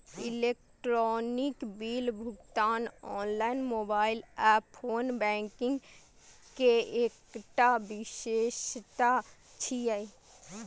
electronic bill भुगतान online, mobile आ phone banking के एकटा विशेषता छियै